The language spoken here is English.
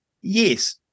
yes